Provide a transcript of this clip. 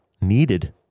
needed